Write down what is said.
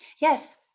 Yes